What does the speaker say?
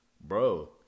bro